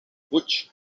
fuig